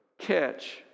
catch